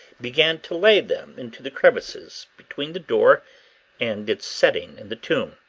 began to lay them into the crevices between the door and its setting in the tomb.